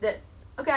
!huh!